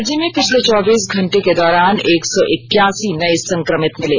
राज्य में पिछले चौबीस घंटे के दौरान एक सौ इक्यासी नए संक्रमित मिले